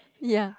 ya